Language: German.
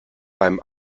beim